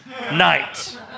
Night